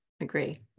agree